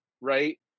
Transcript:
Right